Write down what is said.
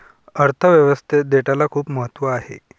अर्थ व्यवस्थेत डेटाला खूप महत्त्व आहे